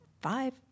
five